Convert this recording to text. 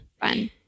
fun